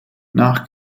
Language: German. nach